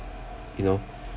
you know